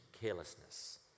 carelessness